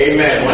Amen